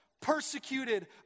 Persecuted